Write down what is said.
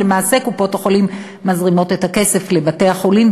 ולמעשה קופות-החולים מזרימות את הכסף לבתי-החולים,